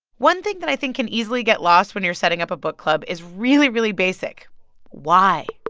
one thing that i think can easily get lost when you're setting up a book club is really, really basic why?